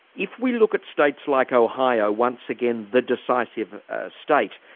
if we look at states like ohio, once again the decisive state,